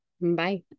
bye